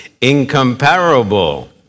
incomparable